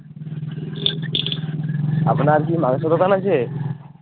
আপনার কি মাংসর দোকান আছে